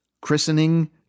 christening